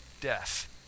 death